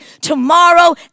tomorrow